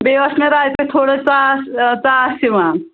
بیٚیہِ اوس مےٚ راتھٕ پیٚٹھٕ تھوڑا ژاس ژاس یِوان